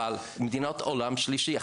אבל מדינות עולם שלישי,